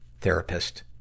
therapist